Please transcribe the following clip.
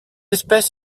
espèce